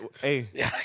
Hey